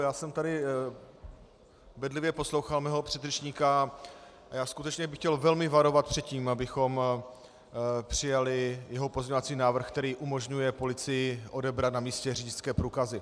Já jsem tady bedlivě poslouchal svého předřečníka a skutečně bych chtěl velmi varovat před tím, abychom přijali jeho pozměňovací návrh, který umožňuje policii odebrat na místě řidičské průkazy.